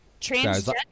transgender